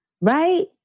Right